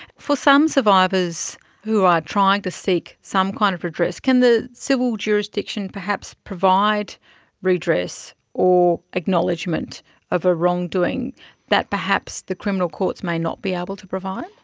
for some survivors who are trying to seek some kind of redress, can the civil jurisdiction perhaps provide redress or acknowledgement of a wrongdoing that perhaps the criminal courts may not be able to provide?